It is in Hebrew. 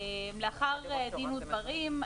לאחר דין ודברים,